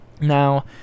Now